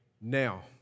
Now